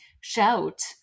shout